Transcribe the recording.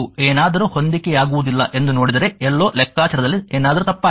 ಏನಾದರೂ ಹೊಂದಿಕೆಯಾಗುವುದಿಲ್ಲ ಎಂದು ನೋಡಿದರೆ ಎಲ್ಲೋ ಲೆಕ್ಕಾಚಾರದಲ್ಲಿ ಏನಾದರೂ ತಪ್ಪಾಗಿದೆ